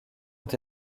ont